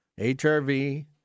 HRV